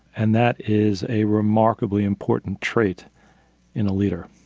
and that is a remarkably important trait in a leader.